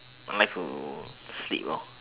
I like to sleep lor